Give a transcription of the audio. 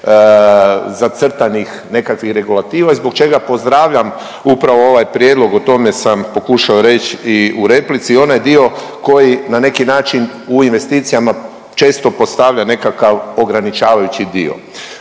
zacrtanih nekakvih regulativa i zbog čega pozdravljam upravo ovaj prijedlog. O tome sam pokušao reći i u replici. Onaj dio koji na neki način u investicijama često postavlja nekakav ograničavajući dio.